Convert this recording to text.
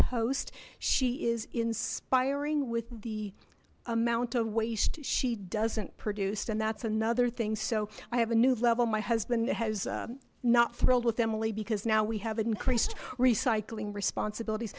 post she is inspiring with the amount of waste she doesn't produce and that's another thing so i have a new level my husband has not thrilled with emily because now we have increased recycling responsibilities